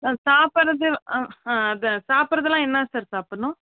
சாப்பிடறது அதுதான் சாப்பிடறதுலான் என்ன சார் சாப்பிடணும்